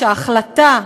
ההחלטה,